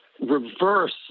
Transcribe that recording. reverse